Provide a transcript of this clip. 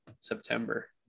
September